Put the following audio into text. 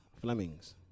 Fleming's